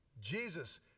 Jesus